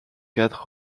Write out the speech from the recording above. quatre